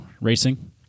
racing